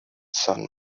son